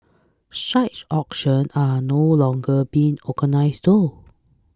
such auctions are no longer being organised though